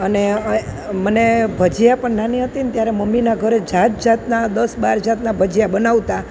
અને મને ભજીયા પણ નાની હતી ને ત્યારે મમ્મીનાં ઘરે જાત જાતનાં દસ બાર જાતનાં ભજીયા બનાવતાં